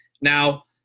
Now